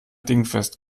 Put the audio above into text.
dingfest